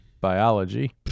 Biology